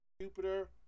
Jupiter